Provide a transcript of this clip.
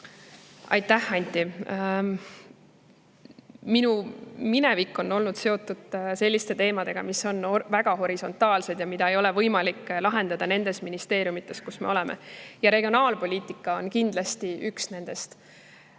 Aitäh, Anti! Minu minevik on olnud seotud selliste teemadega, mis on väga horisontaalsed ja mida ei ole võimalik lahendada [eraldi] nendes ministeeriumides, mis meil on, ja regionaalpoliitika on üks nendest. See